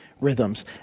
rhythms